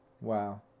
Wow